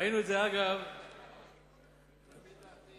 ראינו את זה, אדוני השר,